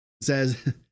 says